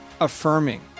affirming